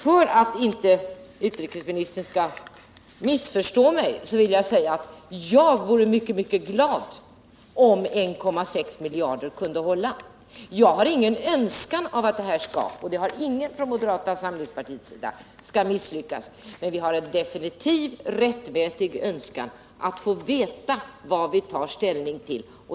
För att inte utrikesministern skall missförstå mig vill jag säga att jag vore mycket glad om kostnadsberäkningen 1,6 miljarder kunde hålla. Jag har ingen önskan — och det har inte heller någon annan från moderata samlingspartiets sida — att projektet skall misslyckas. Men vi har en definitiv och rättmätig önskan att få veta vad vi tar ställning till.